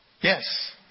Yes